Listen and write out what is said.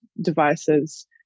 devices